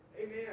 Amen